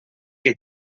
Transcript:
que